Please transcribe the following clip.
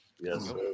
Yes